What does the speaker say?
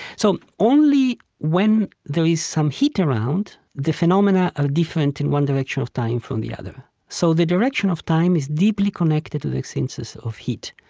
so only when there is some heat around, the phenomena are different in one direction of time from the other. so the direction of time is deeply connected to the existence of heat.